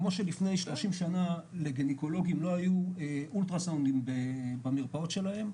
כמו שלפני 30 שנה לגינקולוגים לא היו מכשירי אולטרסאונד במרפאות שלהם.